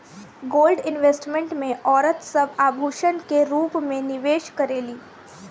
gold investment में औरत सब आभूषण के रूप में निवेश करेली